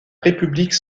république